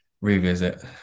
revisit